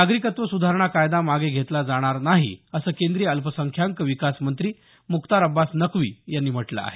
नागरिकत्व सुधारणा कायदा मागे घेतला जाणार नाही असं केंद्रीय अल्पसंख्याक विकास मंत्री मुख्तार अब्बास नक्की यांनी म्हटलं आहे